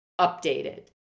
updated